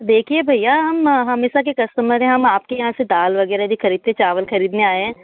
देखिये भैया हम हमेशा के कस्टमर हैं हम आपके यहाँ से दाल वगैरह भी खरीदते हैं चावल खरीदने आए हैं